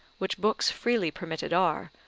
which books freely permitted are,